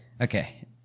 okay